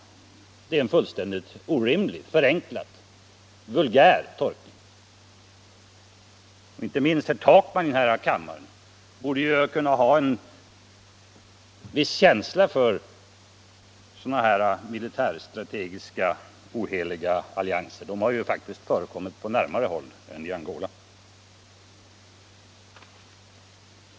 Det vore en orimlig, förenklad och vulgär tolkning. Inte minst herr Takman borde kunna ha en viss förmåga att kritiskt bedöma sådana här militärstrategiska oheliga allianser — de har faktiskt förekommit på närmare håll än i Angola.